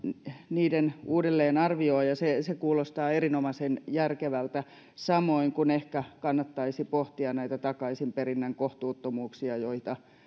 niiden uudelleenarviointia ja se kuulostaan erinomaisen järkevältä samoin ehkä kannattaisi pohtia näitä takaisinperinnän kohtuuttomuuksia joita